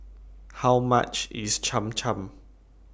How much IS Cham Cham